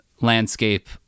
landscape